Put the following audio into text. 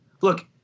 look